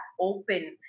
open